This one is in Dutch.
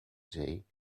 zee